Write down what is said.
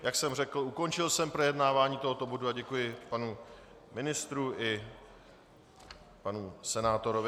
Jak jsem řekl, ukončil jsem projednávání tohoto bodu a děkuji panu ministru i panu senátorovi.